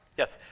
yes.